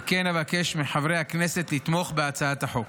על כן, אבקש מחברי הכנסת לתמוך בהצעת החוק.